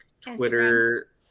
twitter